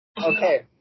Okay